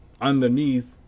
underneath